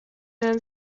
nennt